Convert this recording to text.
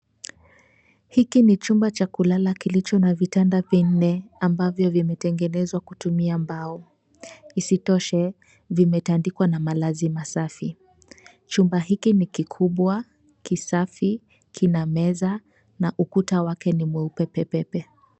Hiki ni chumba cha kulala kilicho na vitanda vinne ambavyo vimetengenezwa kutumia mbao. Isitoshe vimetandikwa na malazi masafi. Chumba hiki ni kikubwa, kisafi, kina meza na ukuta wake ni mweupe pepepe.